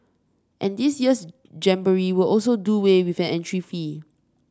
and this year's jamboree will also do way with an entry fee